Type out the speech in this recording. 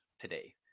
today